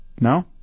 No